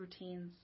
routines